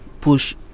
push